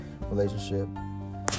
relationship